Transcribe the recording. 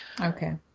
Okay